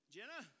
Jenna